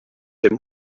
him